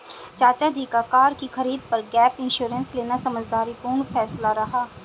चाचा जी का कार की खरीद पर गैप इंश्योरेंस लेना समझदारी पूर्ण फैसला रहा